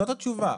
זאת התשובה.